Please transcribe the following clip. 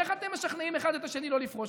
איך אתם משכנעים אחד את השני לא לפרוש?